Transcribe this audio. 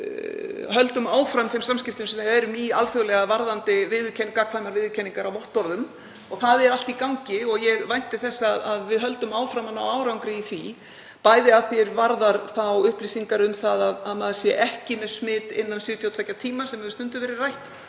við höldum síðan áfram þeim samskiptum sem við erum í alþjóðlega varðandi gagnkvæmar viðurkenningar á vottorðum. Það er allt í gangi og ég vænti þess að við höldum áfram að ná árangri í því, bæði að því er varðar upplýsingar um að maður sé ekki með smit innan 72 tíma, sem hefur stundum verið rætt